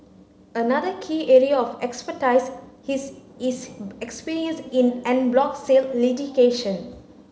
another key area of expertise his is experience in en bloc sale litigation